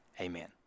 Amen